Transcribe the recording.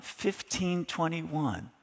1521